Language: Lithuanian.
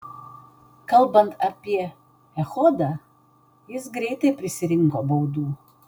kalbant apie echodą jis greitai prisirinko baudų